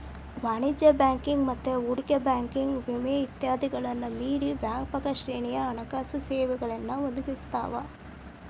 ವಾಣಿಜ್ಯ ಬ್ಯಾಂಕಿಂಗ್ ಮತ್ತ ಹೂಡಿಕೆ ಬ್ಯಾಂಕಿಂಗ್ ವಿಮೆ ಇತ್ಯಾದಿಗಳನ್ನ ಮೇರಿ ವ್ಯಾಪಕ ಶ್ರೇಣಿಯ ಹಣಕಾಸು ಸೇವೆಗಳನ್ನ ಒದಗಿಸ್ತಾವ